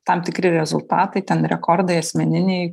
tam tikri rezultatai ten rekordai asmeniniai